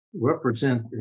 represent